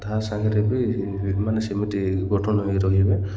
ତାହା ସାଙ୍ଗରେ ବି ମାନେ ସେମିତି ଗଠନ ହୋଇ ରହିବେ